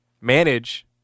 manage